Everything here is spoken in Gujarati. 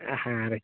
હં સારું